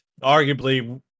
arguably